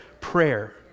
Prayer